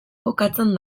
kokatzen